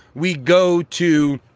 we go to